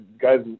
guys